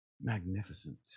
magnificent